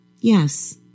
Yes